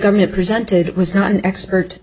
government presented was not an expert